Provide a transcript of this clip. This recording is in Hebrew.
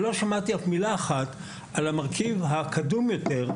לא שמעתי אף מילה אחת על המרכיב הקדום יותר,